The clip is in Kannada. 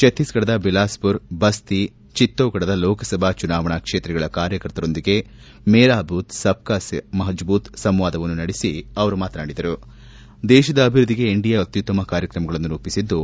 ಛತ್ತೀಸ್ಫಡದ ಬಿಲಾಸ್ಪುರ್ ಬಸ್ತಿ ಚಿತ್ತೋಗಢದ ಲೋಕಸಭಾ ಚುನಾವಣಾ ಕ್ಷೇತ್ರಗಳ ಕಾರ್ಯಕರ್ತರೊಂದಿಗೆ ಮೆರಾ ಬೂತ್ ಸಬ್ ಸೆ ಮಜಬೂತ್ ಸಂವಾದವನ್ನು ವಿಡಿಯೋ ಕಾನ್ಫರೆನ್ಸ್ ಮೂಲಕ ದೇಶದ ಅಭಿವೃದ್ದಿಗೆ ಎನ್ಡಿಎ ಅತ್ಯುತ್ತಮ ಕಾರ್ಯಕ್ರಮಗಳನ್ನು ರೂಪಿಸಿದ್ದು